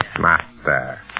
master